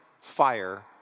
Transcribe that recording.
fire